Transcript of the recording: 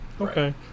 okay